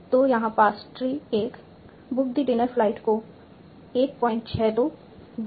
तो यहाँ parse tree 1 book the dinner flight को 162 10 6